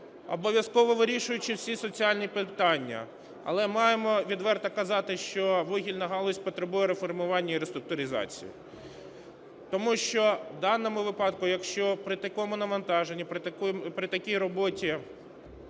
обов’язково вирішуючи всі соціальні питання, але маємо відверто казати, що вугільна галузь потребує реформування і реструктуризації. Тому що в даному випадку, якщо при такому навантаженні, при такій роботі